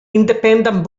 independent